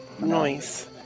noise